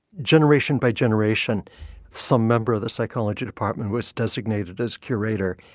generation by generation some member of the psychology department was designated as curator,